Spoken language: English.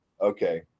okay